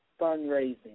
fundraising